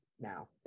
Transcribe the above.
now